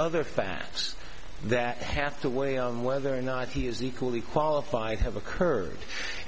other facts that have to weigh on whether or not he is equally qualified have occurred